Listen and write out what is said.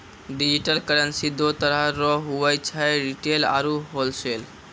digital currency दो तरह रो हुवै छै रिटेल आरू होलसेल